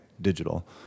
digital